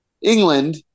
England